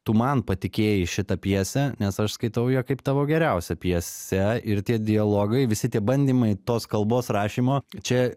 tu man patikėjai šitą pjesę nes aš skaitau ją kaip tavo geriausią pjesę ir tie dialogai visi tie bandymai tos kalbos rašymo čia